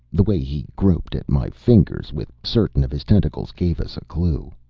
the way he groped at my fingers with certain of his tentacles gave us a clue.